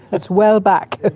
that's well back!